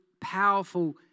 powerful